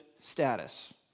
status